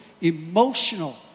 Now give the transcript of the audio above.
emotional